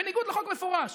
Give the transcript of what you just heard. בניגוד לחוק מפורש